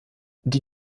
die